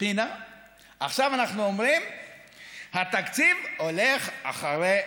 התקציב הולך אחרי הילד.